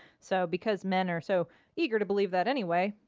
so because men are so eager to believe that anyway,